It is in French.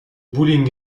bowling